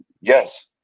yes